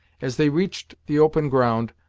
as they reached the open ground,